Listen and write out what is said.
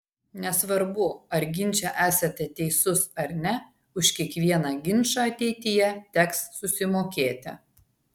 nesvarbu ar ginče esate teisus ar ne už kiekvieną ginčą ateityje teks susimokėti